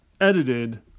edited